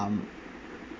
um